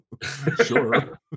Sure